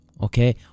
okay